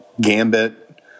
Gambit